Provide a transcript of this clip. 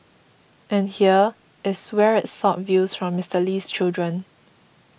and here is where it sought views from Mister Lee's children